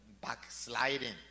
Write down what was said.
backsliding